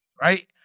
right